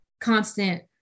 constant